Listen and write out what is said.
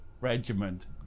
Regiment